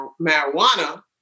marijuana